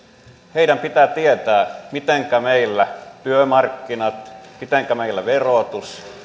heidän pitää tietää mitenkä meillä työmarkkinat mitenkä meillä verotus